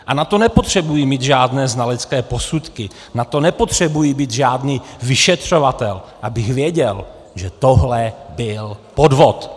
A na to nepotřebuji mít žádné znalecké posudky, na to nepotřebuji být žádný vyšetřovatel, abych věděl, že tohle byl podvod.